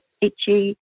itchy